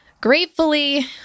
gratefully